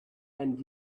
and